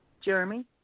Jeremy